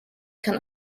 kann